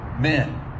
men